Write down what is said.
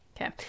Okay